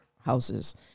houses